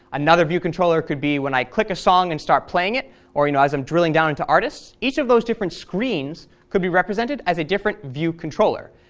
another view controller could be when i click a song and start playing it or you know as i'm drilling down into artists. each of those different screens could be represented as a different view controller,